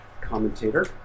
commentator